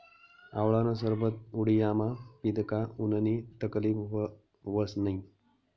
आवळानं सरबत उंडायामा पीदं का उननी तकलीब व्हस नै